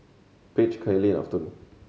Paige Kayli Afton